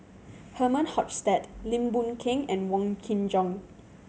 Herman Hochstadt Lim Boon Keng and Wong Kin Jong